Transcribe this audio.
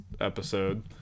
episode